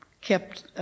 kept